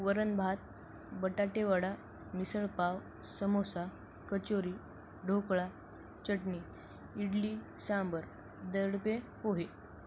वरण भात बटाटे वडा मिसळ पाव समोसा कचोरी ढोकळा चटणी इडली सांबर दडपे पोहे